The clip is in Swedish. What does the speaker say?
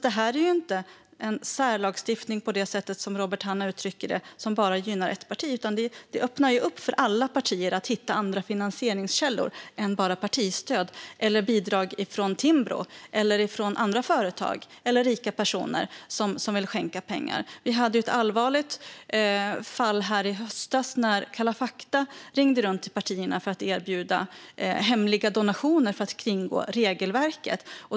Det här är alltså inte en särlagstiftning som bara gynnar ett parti, som Robert Hannah uttrycker det. Den öppnar i stället för alla partier att hitta andra finansieringskällor än bara partistöd, bidrag från Timbro och andra företag eller rika personer som vill skänka pengar. Det var ett allvarligt fall i höstas när Kalla f akta ringde runt till partierna för att erbjuda hemliga donationer för att kringgå regelverket.